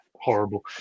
Horrible